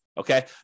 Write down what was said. Okay